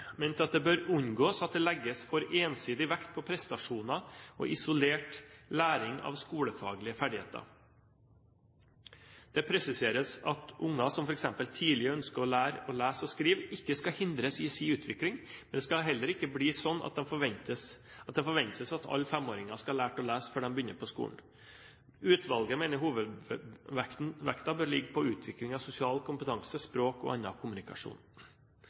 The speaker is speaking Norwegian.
at det bør unngås at det legges for ensidig vekt på prestasjoner og isolert læring av skolefaglige ferdigheter. Det presiseres at unger som f.eks. tidlig ønsker å lære å lese og skrive, ikke skal hindres i sin utvikling, men det skal heller ikke bli slik at det forventes at alle femåringer skal ha lært å lese før de begynner på skolen. Utvalget mener hovedvekten bør ligge på utvikling av sosial kompetanse, språk og annen kommunikasjon.